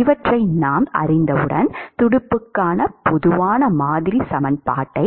இவற்றை நாம் அறிந்தவுடன் துடுப்புக்கான பொதுவான மாதிரி சமன்பாடு